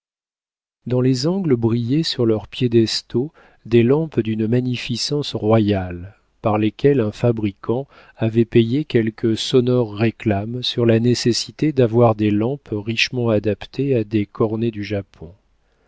dans les angles brillaient sur leurs piédestaux des lampes d'une magnificence royale par lesquelles un fabricant avait payé quelques sonores réclames sur la nécessité d'avoir des lampes richement adaptées à des cornets du japon